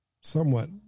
somewhat